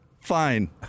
Fine